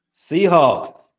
Seahawks